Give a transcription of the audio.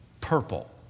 purple